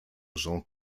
jean